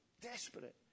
desperate